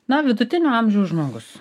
na vidutinio amžiaus žmogus